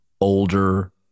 older